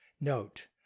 Note